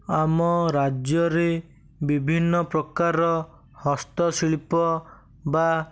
ଆମ ରାଜ୍ୟରେ ବିଭିନ୍ନ ପ୍ରକାର ହସ୍ତଶିଳ୍ପ ବା